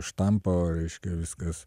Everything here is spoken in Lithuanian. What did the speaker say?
štampo reiškia viskas